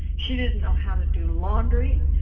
she didn't know how to do laundry,